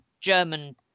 German